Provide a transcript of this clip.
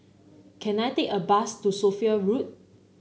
can I take a bus to Sophia Road